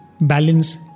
balance